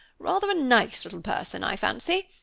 rather a nice little person, i fancy.